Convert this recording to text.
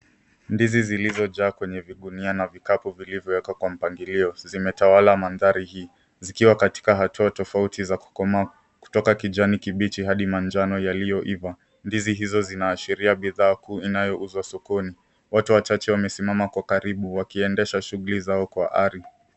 Ndizi zilizojaa kwenye vigunia na vikapu vilivyowekwa kwenye mpangilio. Zimetawala mandhari hii, zikiwa katika hatua tofauti za kukomaa, kutoka kijani kibichi hadi manjano yaliyoiva. Ndizi hizo zinaashiria bidhaa kuu inayouzwa sokoni. Watu wachache wamesimama kwa karibu, wakiendesha shughuli zao kwa ari.